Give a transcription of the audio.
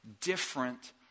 different